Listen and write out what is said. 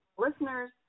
listeners